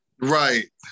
Right